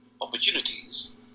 opportunities